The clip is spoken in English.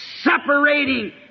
separating